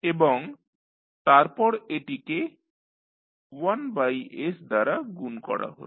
এবং তারপর এটিকে 1s দ্বারা গুণ করা হল